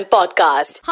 Podcast